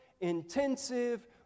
intensive